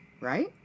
Right